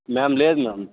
ma'am లేదు ma'am